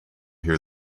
hear